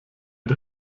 der